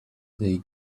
they